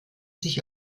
sich